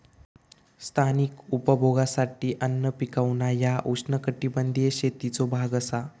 स्थानिक उपभोगासाठी अन्न पिकवणा ह्या उष्णकटिबंधीय शेतीचो भाग असा